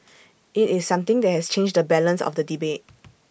IT is something that has changed the balance of the debate